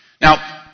Now